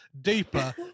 deeper